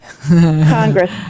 congress